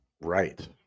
Right